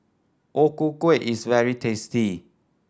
O Ku Kueh is very tasty